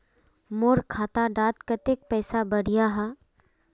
मोर खाता डात कत्ते पैसा बढ़ियाहा?